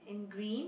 in green